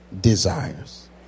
desires